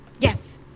Yes